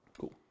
Cool